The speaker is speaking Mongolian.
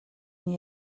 энэ